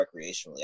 recreationally